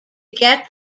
get